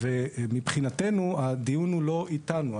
מבחינתנו הדיון הוא לא איתנו.